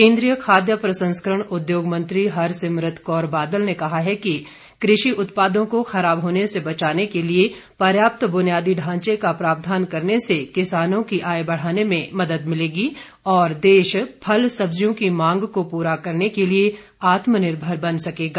केन्द्रीय खाद्य प्रसंस्करण उद्योग मंत्री हरसिमरत कौर बादल ने कहा है कि कृषि उत्पादों को खराब होने से बचाने के लिए पर्याप्त बनियादी ढांचे का प्रावधान करने से किसानों की आय बढ़ाने में मदद मिलेगी और देश फल सब्जियों की मांग को पूरा करने के लिए आत्मनिर्भर बन सकेगा